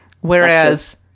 Whereas